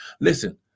Listen